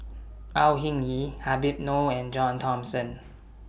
Au Hing Yee Habib Noh and John Thomson